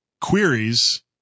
queries